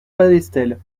palestel